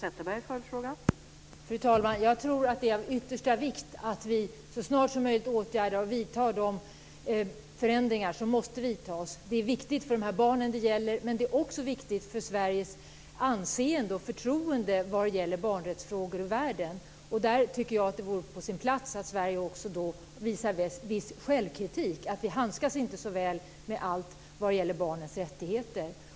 Fru talman! Jag tror att det är av yttersta vikt att vi så snart som möjligt vidtar åtgärder och gör de förändringar som måste göras. Det är viktigt för de barn som detta gäller, men det är också viktigt för Sveriges anseende och förtroende i världen vad gäller barnrättsfrågor. Där tycker jag att det vore på sin plats att Sverige visade viss självkritik - alltså att vi inte handskas så väl med allting vad gäller barnens rättigheter.